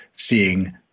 seeing